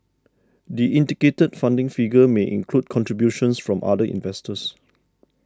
the indicated funding figure may include contributions from other investors